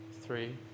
three